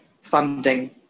funding